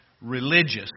religious